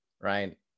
right